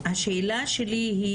השאלה שלי היא,